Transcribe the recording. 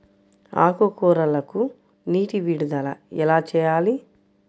ఆకుకూరలకు నీటి విడుదల ఎలా చేయాలి?